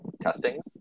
testing